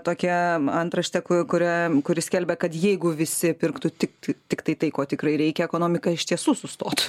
tokią antraštę kuria kuri skelbia kad jeigu visi pirktų tiktai tiktai tai ko tikrai reikia ekonomika iš tiesų sustotų